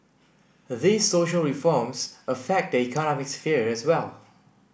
these social reforms affect the economic sphere as well